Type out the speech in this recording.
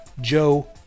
Joe